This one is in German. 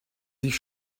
sich